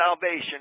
salvation